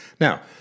Now